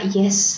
yes